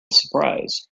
surprise